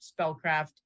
spellcraft